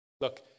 Look